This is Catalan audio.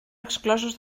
exclosos